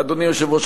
אדוני היושב-ראש,